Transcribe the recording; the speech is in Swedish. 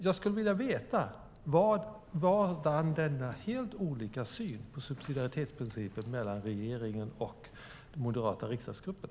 Jag skulle vilja veta: Vadan denna helt olika syn hos regeringen och den moderata riksdagsgruppen när det gäller subsidiaritetsprincipen?